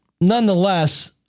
nonetheless